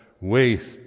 waste